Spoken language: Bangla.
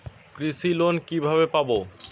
কৃষি লোন কিভাবে পাব?